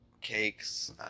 cakes